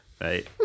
right